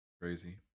crazy